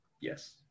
Yes